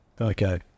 Okay